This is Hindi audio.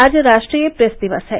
आज राष्ट्रीय प्रेस दिवस है